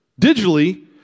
digitally